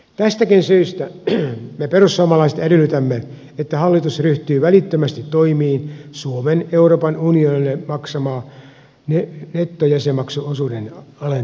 tästäkin syystä me perussuomalaiset edellytämme että hallitus ryhtyy välittömästi toimiin suomen euroopan unionille maksaman nettojäsenmaksuosuuden alentamiseksi